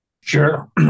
sure